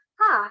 ha